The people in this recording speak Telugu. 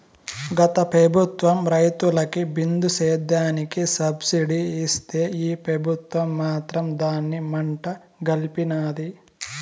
గత పెబుత్వం రైతులకి బిందు సేద్యానికి సబ్సిడీ ఇస్తే ఈ పెబుత్వం మాత్రం దాన్ని మంట గల్పినాది